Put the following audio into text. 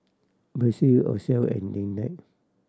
Bethzy Ozell and Lynette